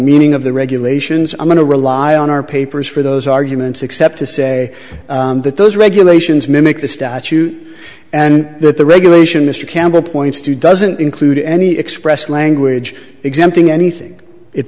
meaning of the regulations i'm going to rely on our paper as for those arguments except to say that those regulations mimic the statute and that the regulation mr campbell points to doesn't include any expressed language exempting anything it